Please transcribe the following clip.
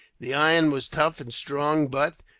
the iron was tough and strong but,